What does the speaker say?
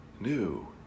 new